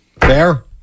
Fair